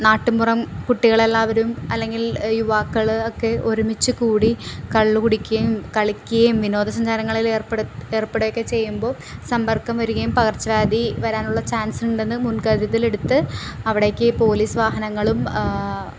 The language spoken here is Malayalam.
നാട്ടിൻ പുറം കുട്ടികളെല്ലാവരും അല്ലെങ്കിൽ യുവാക്കൾ ഒക്കെ ഒരുമിച്ച് കൂടി കള്ളു കുടിക്കുകയും കളിക്കുകയും വിനോദസഞ്ചാരങ്ങളിളേർപ്പെട് ഏർപ്പെടുകയൊക്കെ ചെയ്യുമ്പോൾ സമ്പർക്കം വരികയും പകർച്ചവ്യാധി വരാനുള്ള ചാൻസുണ്ടെന്ന് മുൻകരുതൽ എടുത്ത് അവിടേക്ക് പോലീസ് വാഹനങ്ങളും